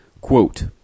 Quote